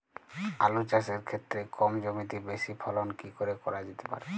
আলু চাষের ক্ষেত্রে কম জমিতে বেশি ফলন কি করে করা যেতে পারে?